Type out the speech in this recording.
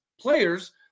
players